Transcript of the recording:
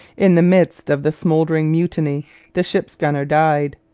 in the midst of the smouldering mutiny the ship's gunner died,